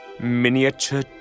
Miniature